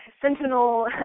Sentinel